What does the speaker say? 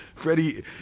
Freddie